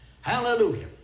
Hallelujah